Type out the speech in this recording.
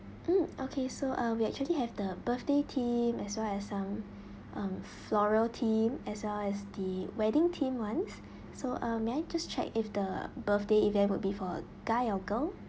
mm okay so uh we actually have the birthday theme as well as some um floral theme as well as the wedding theme ones so uh may I just check if the birthday event would be for a guy or girl